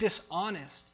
dishonest